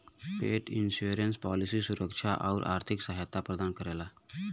पेट insurance policy सुरक्षा आउर आर्थिक सहायता प्रदान करेला